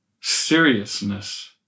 seriousness